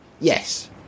Yes